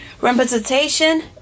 representation